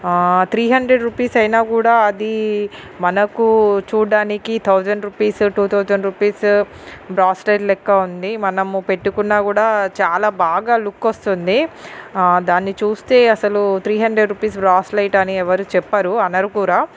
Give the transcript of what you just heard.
ఆ three hundred rupees అయినా కూడా అది మనకు చూడటానికి thousand rupees two thousand rupees bracelet లెక్క ఉంది మనము పెట్టుకున్న కూడా చాలా బాగా లుక్ వస్తుంది దాన్ని చూస్తే అసలు త్రీ హండ్రెడ్ రూపిస్ బ్రాస్లైట్ అని ఎవరూ చెప్పరు అనరు కూడా